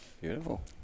Beautiful